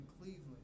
Cleveland